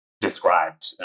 described